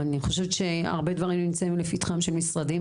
הרבה דברים נמצאים לפתחם של משרדים